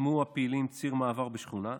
חסמו הפעילים ציר מעבר בשכונה.